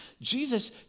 Jesus